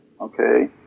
okay